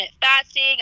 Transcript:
fasting